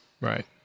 Right